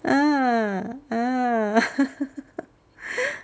ah ah